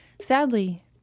sadly